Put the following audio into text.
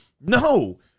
No